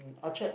Orchard